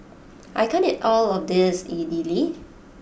I can't eat all of this Idili